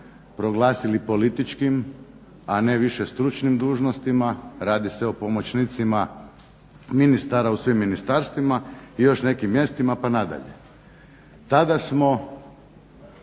proglasili političkim, a ne više stručnim dužnostima, radi se o pomoćnicima ministara u svim ministarstvima i još nekim mjestima pa nadalje. Tada nam